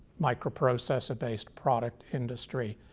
microprocessor-based product industry.